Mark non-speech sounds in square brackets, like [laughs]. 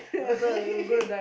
[laughs]